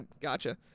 gotcha